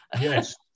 Yes